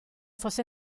fosse